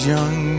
young